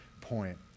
point